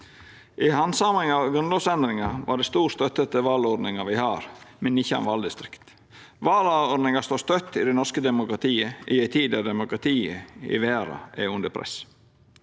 I handsaminga av grunnlovsendringar var det stor støtte til valordninga me har, med 19 valdistrikt. Valordninga står støtt i det norske demokratiet i ei tid der demokratiet i verda er under press.